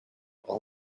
all